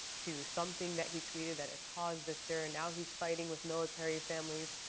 to something that he tweeted that has caused this stir, and now he's fighting with military families,